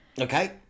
Okay